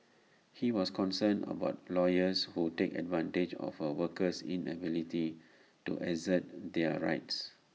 he was concerned about lawyers who take advantage of A worker's inability to assert their rights